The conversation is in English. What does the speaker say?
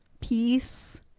peace